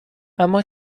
اما